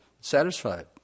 satisfied